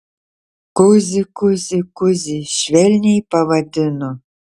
kuzi kuzi kuzi švelniai pavadino